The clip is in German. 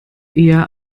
eher